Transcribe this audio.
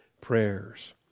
prayers